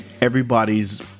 everybody's